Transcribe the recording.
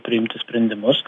priimti sprendimus